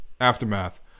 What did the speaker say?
aftermath